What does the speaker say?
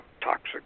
Toxic